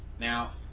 Now